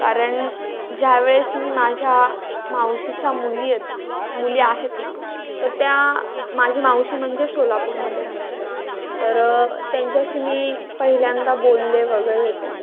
कारण ज्या वेळेस मी माझ्या मावशीच्या मुली आहेत मुली आहेत ना तर त्या माझी मावशी म्हणजे सोलापूरमध्ये राहते तर त्यांच्याशी मी पहिल्यांदा बोलले वगैरे होते